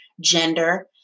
gender